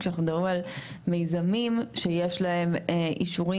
כשאנחנו מדברים על מיזמים שכבר יש להם אישורים